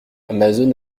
amazon